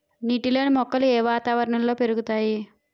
నీటిలోని మొక్కలు ఏ వాతావరణంలో పెరుగుతాయి?